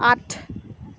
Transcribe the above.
আঠ